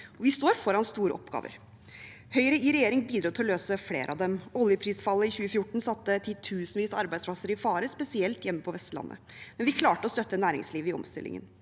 Vi står foran store oppgaver. Høyre i regjering bidro til å løse flere av dem. Oljeprisfallet i 2014 satte titusenvis av arbeidsplasser i fare, spesielt på Vestlandet, men vi klarte å støtte næringslivet i omstillingen.